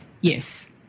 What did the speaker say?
Yes